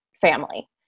family